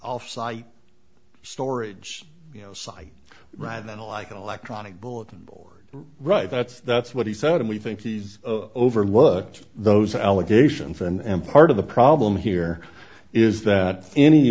off site storage site rather than like an electronic bulletin board right that's that's what he said and we think he's overlooked those allegations and part of the problem here is that any